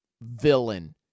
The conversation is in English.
villain